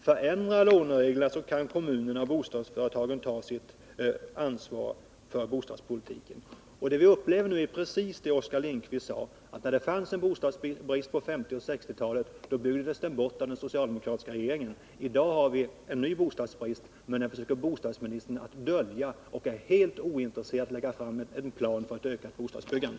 Förändra lånereglerna, så kan kommunerna och bostadsföretagen ta sitt ansvar för bostadspolitiken. Det vi upplever nu är precis det som Oskar Lindkvist sade. När det fanns en brist på 1950 och 1960-talen byggdes den bort av den socialdemokratiska regeringen. I dag har vi en ny bostadsbrist, men den försöker bostadsministern dölja och är helt ointresserad av att lägga fram en plan för ett ökat bostadsbyggande.